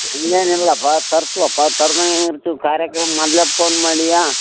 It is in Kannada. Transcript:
ಹಂಗೇನ್ ಇಲ್ಲಪ್ಪ ತರ್ತಿವಪ್ಪ ತರದೆ ಹೆಂಗೆ ಇರ್ತೀವಿ ಕಾರ್ಯಕ್ರಮ ಮೊದಲೇ ಪೋನ್ ಮಾಡೀಯಾ